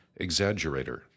exaggerator